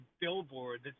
billboard